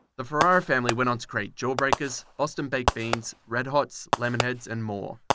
the ferrera family went on to create jaw breakers, boston baked beans, red hots, lemonheads and more.